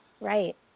right